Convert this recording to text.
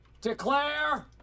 declare